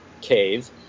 cave